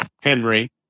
henry